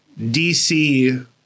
DC